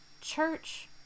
church